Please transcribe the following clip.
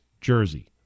jersey